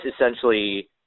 essentially